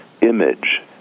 image